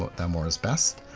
ah that more is best.